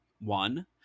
One